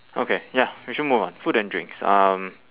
okay ya we should move on food and drinks um